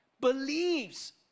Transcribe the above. believes